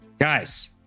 Guys